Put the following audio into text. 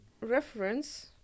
reference